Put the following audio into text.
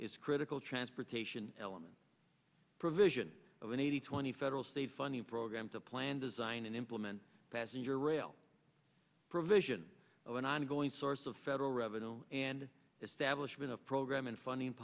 is critical transportation element provision of an eighty twenty federal state funding programme to plan design and implement passenger rail provision of an ongoing source of federal revenue and establishment of program and funding